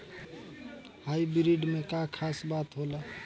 Hybrid में का खास बात होला?